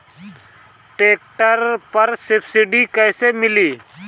Tractor पर subsidy कैसे मिली?